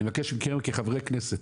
אני מבקש מכם כחברי הכנסת,